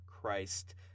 Christ